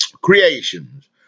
creations